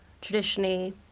traditionally